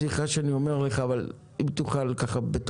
סליחה שאני אומר לך אבל אם תוכל בתוך